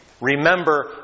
Remember